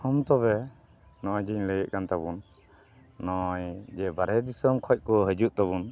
ᱦᱮᱸ ᱛᱚᱵᱮ ᱱᱚᱜᱼᱚᱭ ᱡᱮᱧ ᱞᱟᱹᱭᱮᱫ ᱠᱟᱱ ᱛᱟᱵᱚᱱ ᱱᱚᱜᱼᱚᱭ ᱡᱮ ᱵᱟᱨᱦᱮ ᱫᱤᱥᱚᱢ ᱠᱷᱚᱱ ᱠᱚ ᱦᱤᱡᱩᱜ ᱛᱟᱵᱚᱱ